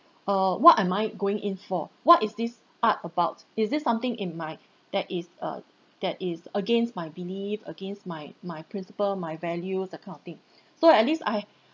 err what am I going in for what is this art about is this something in my that is uh that is against my belief against my my principal my values that kind of thing so at least I